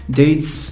dates